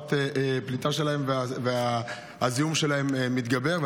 רמת הפליטה שלהם והזיהום שלהם מתגברת,